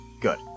Good